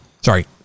Sorry